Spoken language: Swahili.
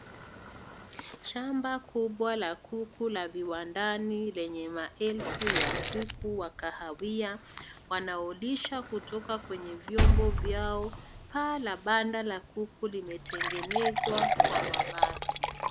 Shamba kubwa la kuku la viwandani lenye maelfu ya kuku wa kahawia wanaolisha kutoka kwenye vyombo vyao. Paa la banda la kuku limetengenezwa kwa mabati.